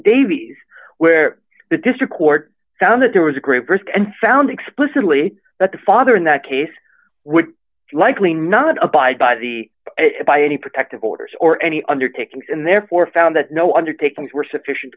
davies where the district court found that there was a grave risk and found explicitly that the father in that case would likely not abide by the by any protective orders or any undertakings and therefore found that no undertakings were sufficient